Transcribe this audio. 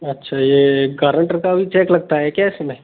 अच्छा ये गारंटर का भी चेक लगता है क्या इसमें